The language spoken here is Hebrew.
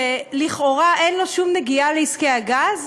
שלכאורה אין לו שום נגיעה בעסקי כגז,